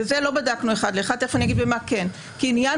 וזה לא בדקנו אחד לאחד תיכף אני אגיד במה כן כעניין